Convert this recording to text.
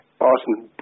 Awesome